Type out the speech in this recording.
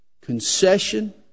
Concession